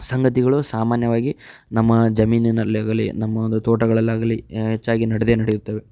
ಸಂಗತಿಗಳು ಸಾಮಾನ್ಯವಾಗಿ ನಮ್ಮ ಜಮೀನಿನಲ್ಲಾಗಲಿ ನಮ್ಮ ಒಂದು ತೋಟಗಳಲ್ಲಾಗಲಿ ಹೆಚ್ಚಾಗಿ ನಡೆದೇ ನಡೆಯುತ್ತವೆ